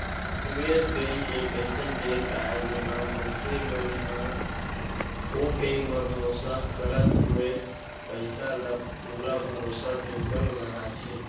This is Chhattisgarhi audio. निवेस बेंक एक अइसन बेंक आय जेमा मनसे मन ह ओ बेंक म भरोसा करत होय पइसा ल पुरा भरोसा के संग लगाथे